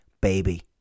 baby